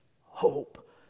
hope